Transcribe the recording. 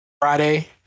friday